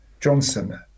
Johnson